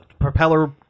propeller